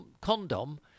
condom